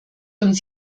uns